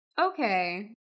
okay